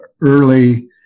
early